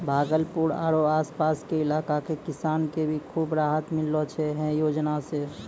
भागलपुर आरो आस पास के इलाका के किसान कॅ भी खूब राहत मिललो छै है योजना सॅ